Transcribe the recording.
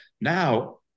Now